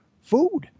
food